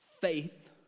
faith